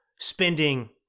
spending